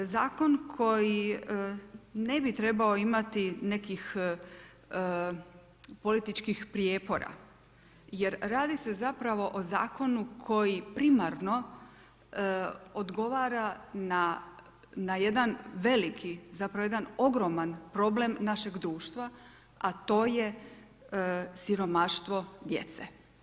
Zakon koji ne bi trebao imati nekih političkih prijepora jer radi se zapravo o zakonu koji primarno odgovara na jedan veliki, zapravo jedan ogroman problem našeg društva, a to je siromaštvo djece.